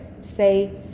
Say